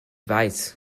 weiß